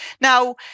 Now